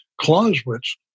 Clausewitz